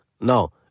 No